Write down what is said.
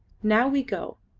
now we go,